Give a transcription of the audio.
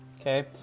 okay